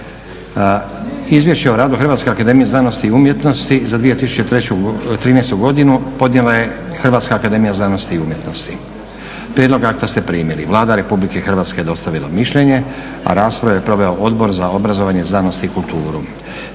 Izvješće o radu Hrvatske akademije znanosti i umjetnosti za 2013. godinu podnijela je Hrvatska akademija znanosti i umjetnosti. Prijedlog akta ste primili. Vlada Republike Hrvatske dostavila je mišljenje, a raspravu je proveo Odbor za obrazovanje, znanost i kulturu.